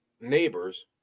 neighbors